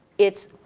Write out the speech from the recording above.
it's,